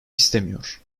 istemiyor